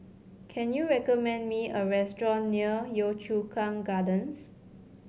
can you recommend me a restaurant near Yio Chu Kang Gardens